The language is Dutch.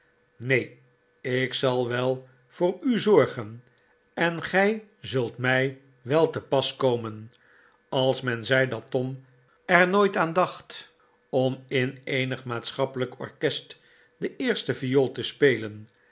neen ik zal wel voor u zorgen en gij zult mij wet te pas komen ais men zei dat tom er nooit aan dacht om in eenig maatschappelijk orkest de eerste viool te spelen